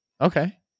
Okay